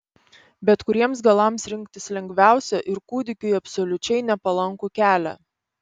bet kuriems galams rinktis lengviausia ir kūdikiui absoliučiai nepalankų kelią